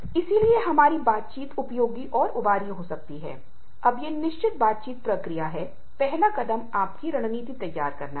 और इसलिए आप नियमित रूप से अपनी भूमिकाओं को प्राथमिकता देते हैं